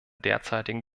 derzeitigen